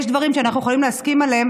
יש דברים שאנחנו יכולים להסכים עליהם,